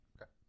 Okay